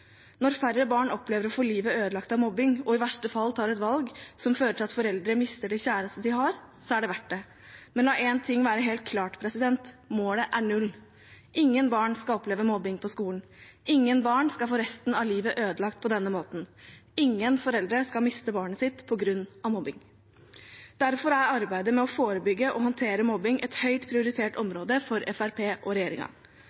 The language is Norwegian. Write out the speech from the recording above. Når færre barn opplever å få livet ødelagt av mobbing, og i verste fall tar et valg som fører til at foreldre mister det kjæreste de har, er det verdt det. Men la én ting være helt klar: Målet er null. Ingen barn skal oppleve mobbing på skolen. Ingen barn skal få resten av livet ødelagt på denne måten. Ingen foreldre skal miste barnet sitt på grunn av mobbing. Derfor er arbeidet med å forebygge og håndtere mobbing et høyt prioritert